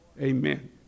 Amen